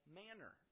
manner